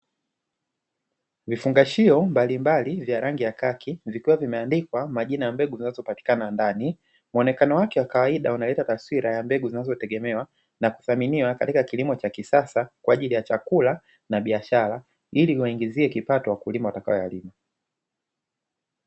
Vifungashio mbalimbali vya rangi ya kaki vikiwa vimeandikwa majina ya mbegu zinazopatikana ndani. Muonekano wake wa kawaida unaleta taswira ya mbegu zinazotegemea na kuthaminiwa katika kilimo cha kisasa kwa ajili ya chakula na biashara, ili wajingizie kipato wakulima watakayoyalima.